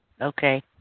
Okay